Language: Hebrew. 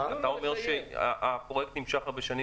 אתה אומר שהפרויקטים נמשך הרבה שנים